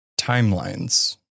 timelines